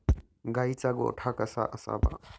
गाईचा गोठा कसा असावा?